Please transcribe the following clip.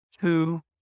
two